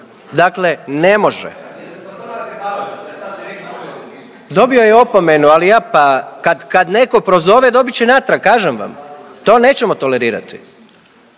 čuje se./… Dobio je opomenu. Ali kad netko prozove dobit će natrag, kažem vam. To nećemo tolerirati!